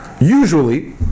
usually